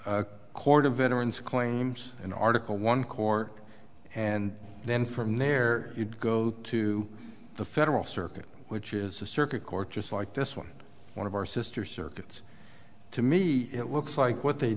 of veterans claims in article one court and then from there you'd go to the federal circuit which is a circuit court just like this one one of our sister circuits to me it looks like what they